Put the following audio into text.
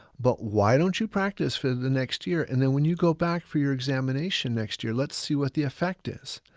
but why don't you practice for the next year and then when you go back for your examination next year, let's see what the effect is.